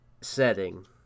setting